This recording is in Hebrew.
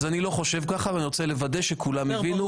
אז אני לא חושב ככה, ואני רוצה לוודא שכולם הבינו.